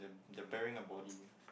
they're they're burying a body